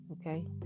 Okay